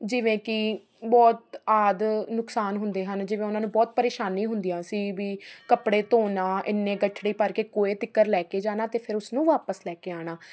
ਜਿਵੇਂ ਕਿ ਬਹੁਤ ਆਦਿ ਨੁਕਸਾਨ ਹੁੰਦੇ ਹਨ ਜਿਵੇਂ ਉਹਨਾਂ ਨੂੰ ਬਹੁਤ ਪਰੇਸ਼ਾਨੀ ਹੁੰਦੀਆਂ ਸੀ ਵੀ ਕੱਪੜੇ ਧੋਣ ਨਾਲ ਇੰਨੇ ਗੱਠੜੇ ਭਰ ਕੇ ਕੂਏ ਤਿੱਕਰ ਲੈ ਕੇ ਜਾਣਾ ਅਤੇ ਫਿਰ ਉਸਨੂੰ ਵਾਪਸ ਲੈ ਕੇ ਆਉਣਾ